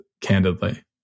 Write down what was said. candidly